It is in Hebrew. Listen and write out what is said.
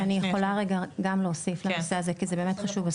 אם אני יכולה רגע גם להוסיף לנושא הזה כי זה באמת חשוב.